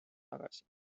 tagasi